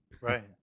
Right